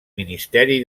ministeri